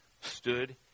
stood